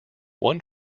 one